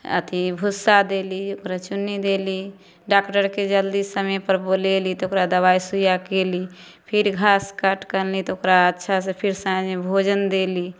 अथी भूस्सा देली ओकरा चुन्नी देली डॉक्टरके जल्दी समय पर बोलैली ओकरा दबाइ सुइयाँ केली फिर घास काटिके अनली तऽ ओकरा अच्छा से फेर साँझमे भोजन देली